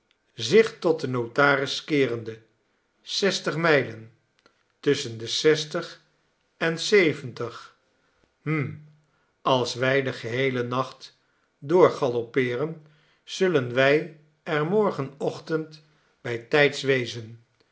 zich tot den notaris keerende zestig mijlen tusschen de zestig en zeventig hml als wij den geheelen nacht door galoppeeren zullen wij er morgenochtend bijtijds wezen